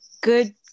good